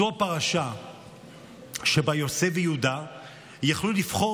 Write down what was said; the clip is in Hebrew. זו הפרשה שבה יוסף ויהודה יכלו לבחור